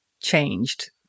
changed